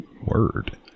Word